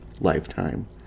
lifetime